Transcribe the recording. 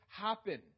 happen